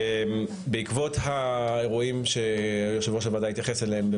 בעקבות האירועים שיושב-ראש הוועדה התייחס אליהם,